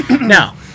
Now